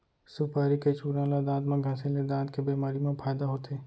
सुपारी के चूरन ल दांत म घँसे ले दांत के बेमारी म फायदा होथे